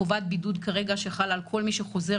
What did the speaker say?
חובת בידוד שחלה כרגע על כל מי שחוזר,